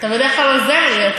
אתה בדרך כלל עוזר לי,